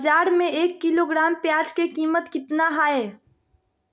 बाजार में एक किलोग्राम प्याज के कीमत कितना हाय?